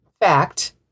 fact